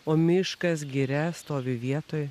o miškas giria stovi vietoj